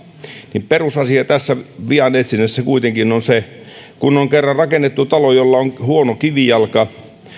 niin perusasia tässä vianetsinnässä kuitenkin kun on kerran rakennettu talo jolla on huono kivijalka